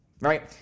right